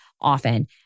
often